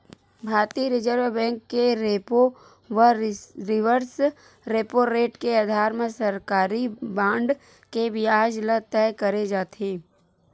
भारतीय reserve bank के repo व रिवर्स रेपो रेट के अधार म सरकारी बांड के बियाज ल तय करे जाथे